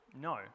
no